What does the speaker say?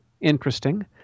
interesting